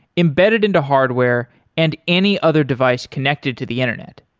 embedded into hardware and any other device connected to the internet.